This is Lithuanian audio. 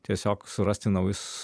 tiesiog surasti naujus